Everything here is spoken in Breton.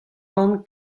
ran